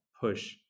push